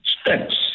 steps